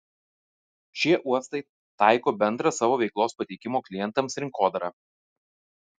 šie uostai taiko bendrą savo veiklos pateikimo klientams rinkodarą